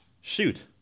shoot